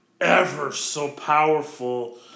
ever-so-powerful